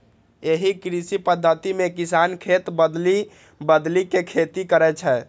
एहि कृषि पद्धति मे किसान खेत बदलि बदलि के खेती करै छै